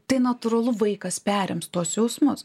tai natūralu vaikas perims tuos jausmus